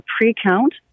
pre-count